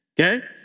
Okay